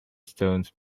stones